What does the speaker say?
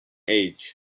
age